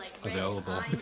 available